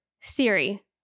Siri